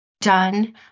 done